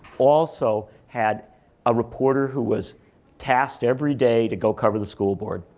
also had a reporter who was tasked every day to go cover the school board,